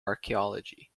archaeology